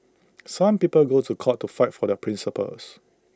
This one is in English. some people go to court to fight for their principles